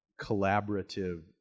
collaborative